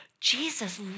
Jesus